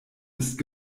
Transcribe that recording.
ist